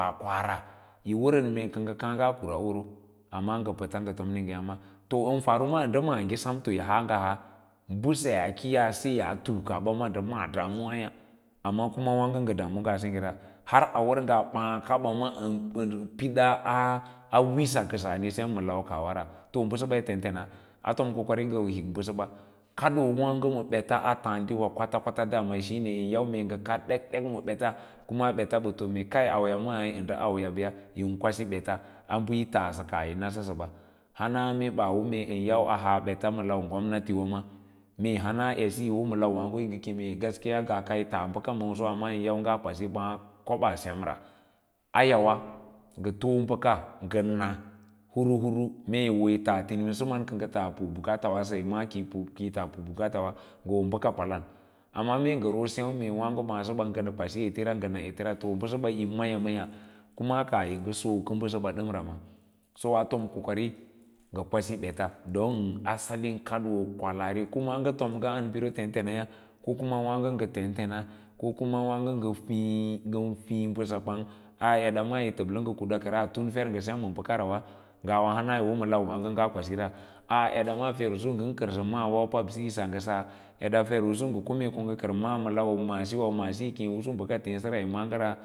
Yiwaran mee ka nga kaa nga kura oro amma nga pata nda tomni nfa tama farunma nda maage samto yihaa nga haa mbəseyaa kiyaa se a tuukaba ma nda maa ɗamuwaya amma wààgo nga damu maa sengyera har a war ngaa baa kaɓa ma bən pidaa aa wisa kəsano sem ma lai kaah wara to basaba yi tentena a tom kokari nga hik bəsəba kadoo waago ma bets a taadiwa wa kwats kwats shine da. a an yau nga kad ma beta dekdek ma beta kuma bets ba too me kar auya mai nda ai yabya yin kwasi bets a bə taa kaah yo nasaba. Hana mee ɓaa wo an yau mee a jaa bets lau gomnati ba ma mee hana edsiyi yi nasaba. Hana mee baa wo an yau mee a haa bets baa lau gomnati ba mee jana edsiyi yi womalai waago yi mene gaskiya kaaka taa ɓaka sawo maa amma yin ngas kwasi ma ɓaa koɓaa semra a yawa nga too ko baka nga na kuruhuru mee yi wo yi tas thimasəma na ka nga tas nt ngan saye ma kiyitas pri birkatawa nfa hoo bkak kwala amma mee nga ro seu mee waaga baasaɓa nga kwaso etes nga na ete ra to bəsəɓa yo ma ya mayâ kuma kaah yinga toka basa damra ma so a tom kokari ma kwasai bets don asali kadoo kwalaariwa kuma nga tom nga tom a iri tetenaya ko kuma waàgo nga tiri bəsa kwang aa eda maa yi labla nga kuda tan fer yoga sem ma bakara wa ngana hana yi wo malawaago ngaa kwsira aa eda mma fer’usu ngan karsa baba maawa pabisi yi sanga sa eh eda maa ferusu nga mee ko nga kar baa ma lau maasiwa maasi yi kem usu baka teebarayi mah nfa a